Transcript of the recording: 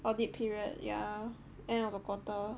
audit period yeah end of a quarter